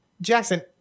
Jackson